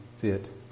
fit